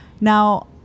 Now